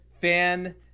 fan